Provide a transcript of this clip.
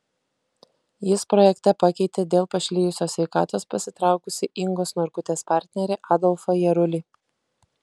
jis projekte pakeitė dėl pašlijusios sveikatos pasitraukusį ingos norkutės partnerį adolfą jarulį